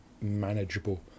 manageable